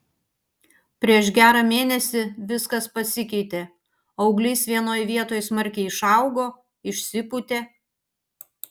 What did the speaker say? prieš gerą mėnesį viskas pasikeitė auglys vienoj vietoj smarkiai išaugo išsipūtė